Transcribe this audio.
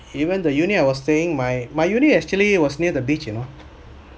even the unit I was staying my my unit actually was near the beach you know